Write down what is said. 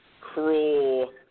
cruel